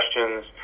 questions